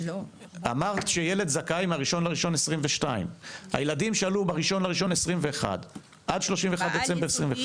שואל על הילדים שעלו בין 1.1.2021 ל-31.12.2021.